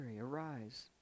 Arise